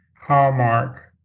hallmark